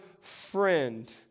friend